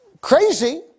crazy